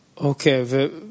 Okay